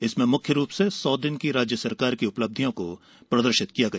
इसमें मुख्य रूप से सौ दिन की राज्य सरकार की उपलब्धियों को प्रदर्शित किया गया